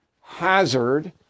hazard